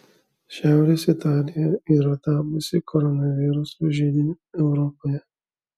šiaurės italija yra tapusi koronaviruso židiniu europoje